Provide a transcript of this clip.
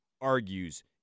argues